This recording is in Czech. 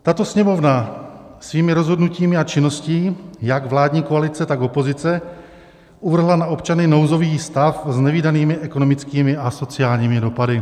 Tato Sněmovna svými rozhodnutími a činností jak vládní koalice, tak opozice uvrhla na občany nouzový stav s nevídanými ekonomickými a sociálními dopady.